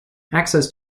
access